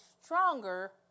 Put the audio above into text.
stronger